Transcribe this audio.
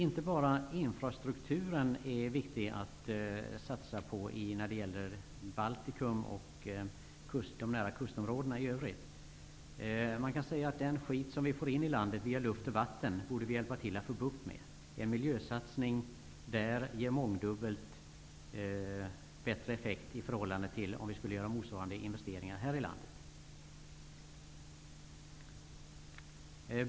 Inte bara infrastrukturen är viktig att satsa på när det gäller Baltikum och de nära kustområdena i övrigt. Man kan säga att vi borde hjälpa till att få bukt med den skit som vi får in i landet via luft och vatten. En miljösatsning där ger mångdubbelt bättre effekt i förhållande till om vi skulle göra motsvarande investeringar här i landet.